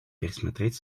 пересмотреть